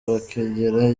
bakegera